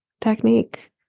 technique